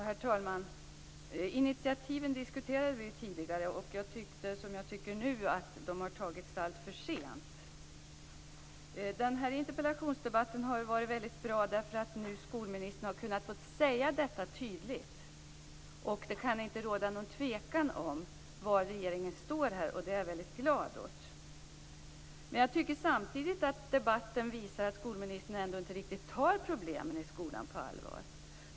Herr talman! Initiativen diskuterade vi ju tidigare. Jag tyckte, som jag tycker nu, att de har tagits alltför sent. Den här interpellationsdebatten har ju varit bra därför att skolministern har kunnat få säga detta tydligt. Det kan inte råda något tvivel om var regeringen står. Det är jag glad åt. Jag tycker samtidigt att debatten visar att skolministern ändå inte riktigt tar problemen i skolan på allvar.